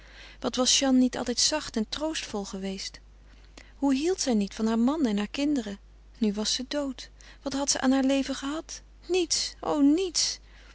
wat was jeanne niet altijd zacht en troostvol geweest hoe hield zij niet van haar man en hare kinderen nu was ze dood wat had ze aan haar leven gehad niets o niets